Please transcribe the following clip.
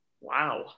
Wow